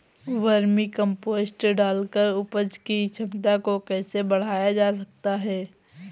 Vermi compost डालकर उपज की क्षमता को कैसे बढ़ाया जा सकता है?